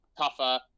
tougher